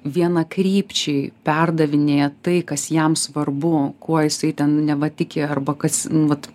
vienakrypčiai perdavinėja tai kas jam svarbu kuo jisai ten neva tiki arba kas vat